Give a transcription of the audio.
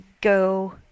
go